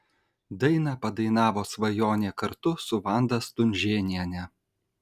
dainą padainavo svajonė kartu su vanda stunžėniene